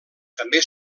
també